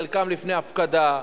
חלקן לפני הפקדה,